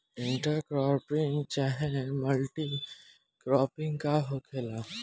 Inter cropping चाहे multiple cropping का होखेला?